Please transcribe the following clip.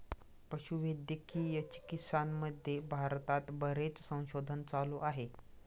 पशुवैद्यकीय चिकित्सामध्ये भारतात बरेच संशोधन चालू आहे